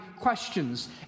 questions